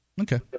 Okay